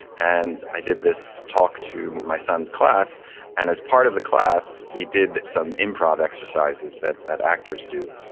and i did this talk to my son's class and as part of the class, we did some improv exercises that that actors do.